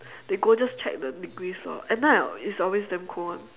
they go just check the degrees lor at night is always damn cold [one]